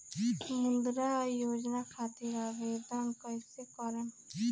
मुद्रा योजना खातिर आवेदन कईसे करेम?